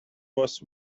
was